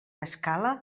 escala